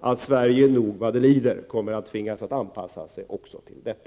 att Sverige nog vad det lider kommer att tvingas att anpassa sig också till detta.